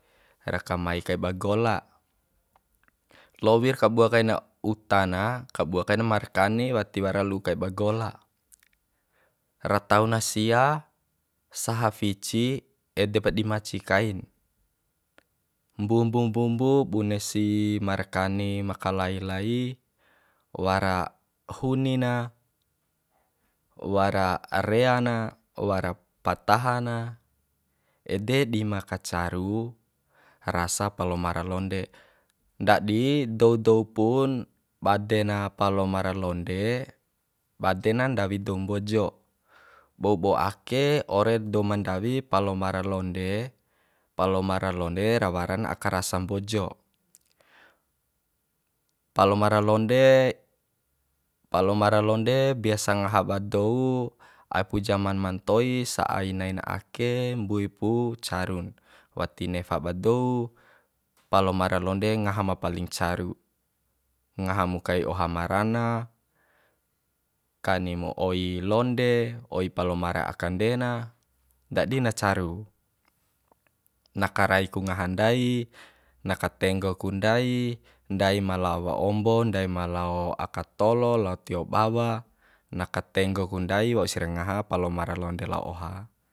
Ra kamai kaiba gola lowir kabua kaina uta na kabua kaina markani wati wara lu'u kaiba gola ra tauna sia saha fici edepa di maci kain mbumbu mbumbu bune si markani makali lai wara huni na wara rea na wara pataha na ede di ma kacaru rasa palomara londe ndadi dou dou pun bade na palomara londe bade na ndawi dou mbojo bou bou ake ore dou ma ndawi palomara londe palomara londe ra waran aka rasa mbojo palomara londe palomara londe biasa ngaha ba dou aipu jaman ma ntoi sa ai nain ake mbui pu caru na wati nefa ba dou palumara londe ngaha ma paling caru ngaha mu kai oha ma rana kani mu oi londe oi palomara akande na ndadi na caru na karai ku ngaha ndai na katenggo ku ndai ndai ma lao awa ombo ndai ma lao aka tolo lao tio bawa na ka tenggo ku ndai wa'u si ra ngaha palomara londe lao oha